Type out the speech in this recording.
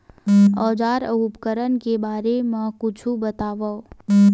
औजार अउ उपकरण के बारे मा कुछु बतावव?